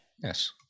Yes